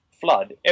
flood